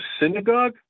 synagogue